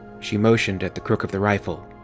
she motioned at the crook of the rifle.